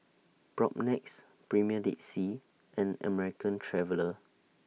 Propnex Premier Dead Sea and American Traveller